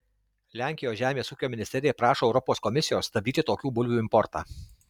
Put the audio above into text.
lenkijos žemės ūkio ministerija prašo europos komisijos stabdyti tokių bulvių importą